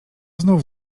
znów